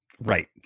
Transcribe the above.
Right